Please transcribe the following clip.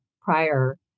prior